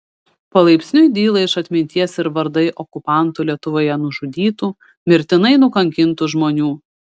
palaipsniui dyla iš atminties ir vardai okupantų lietuvoje nužudytų mirtinai nukankintų žmonių